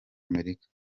amerika